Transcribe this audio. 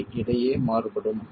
85 இடையே மாறுபடும்